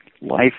life